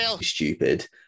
stupid